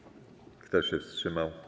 Kto się wstrzymał?